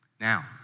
Now